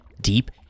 deep